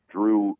Drew